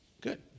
Good